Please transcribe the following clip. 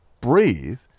Breathe